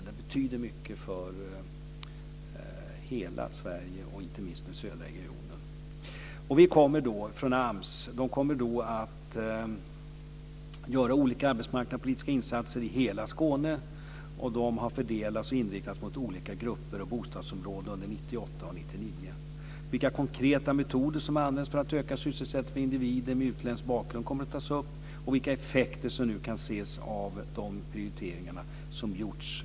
Den betyder mycket för hela Sverige, inte minst för den södra regionen. AMS kommer att göra olika arbetsmarknadspolitiska insatser i hela Skåne. Under åren 1998 och 1999 har de fördelats och inriktats på olika grupper och bostadsområden. Man kommer att ta upp vilka konkreta metoder som används för att öka sysselsättningen för individer med utländsk bakgrund. Vi ska också studera vilka effekter som kan ses av de prioriteringar som har gjorts.